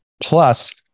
Plus